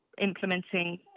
implementing